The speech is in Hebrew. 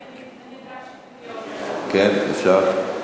אני, כן, אפשר?